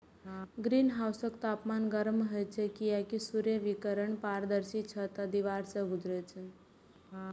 ग्रीनहाउसक तापमान गर्म होइ छै, कियैकि सूर्य विकिरण पारदर्शी छत आ दीवार सं गुजरै छै